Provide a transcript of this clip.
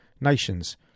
nations